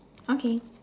okay